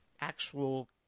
actual